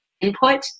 input